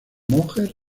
monjes